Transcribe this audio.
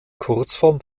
kurzform